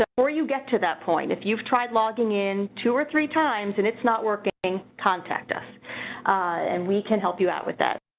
ah you get to that point if you've tried logging in two or three times and it's not working contact us and we can help you out with that